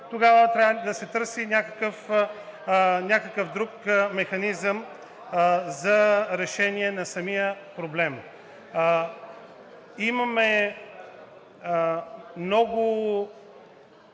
тогава трябва да се търси някакъв друг механизъм за решение на самия проблем. Имаме много